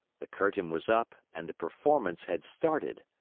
the curtain was up and the performance had started.